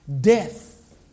Death